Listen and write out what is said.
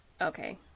Okay